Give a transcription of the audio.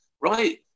right